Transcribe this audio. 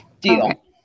Deal